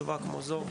מאסר.